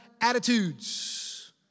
attitudes